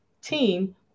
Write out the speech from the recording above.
team